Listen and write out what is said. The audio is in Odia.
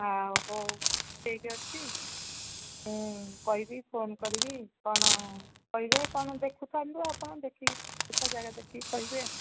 ହଁ ହଉ ଠିକ୍ ଅଛି ମୁଁ କହିବି ଫୋନ୍ କରିବି କ'ଣ କହିବେ କ'ଣ ଦେଖୁଥାନ୍ତୁ ଆପଣ ଦେଖିକି ଜାଗା ଦେଖିକି କହିବେ